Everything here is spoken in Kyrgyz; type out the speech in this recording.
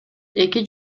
эки